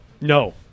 No